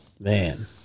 Man